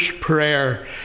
prayer